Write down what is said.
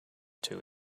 two